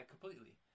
completely